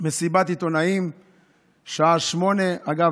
מסיבת עיתונאים בשעה 20:00. אגב,